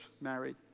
married